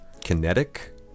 Kinetic